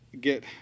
get